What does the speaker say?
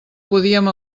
podíem